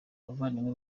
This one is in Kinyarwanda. abavandimwe